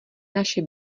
naše